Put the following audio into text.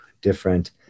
different